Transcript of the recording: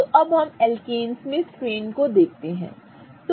तो अब हम एल्केन्स में स्ट्रेन को देखते हैं